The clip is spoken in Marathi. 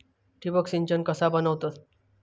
ठिबक सिंचन कसा बनवतत?